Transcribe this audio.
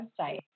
website